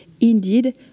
Indeed